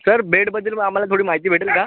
sir बेडबद्दल मग आम्हाला थोडी माहिती भेटेल का